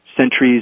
centuries